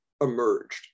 emerged